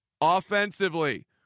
Offensively